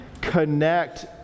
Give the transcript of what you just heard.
connect